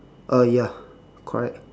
uh ya correct